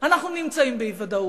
אנחנו נמצאים באי-ודאות.